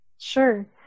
Sure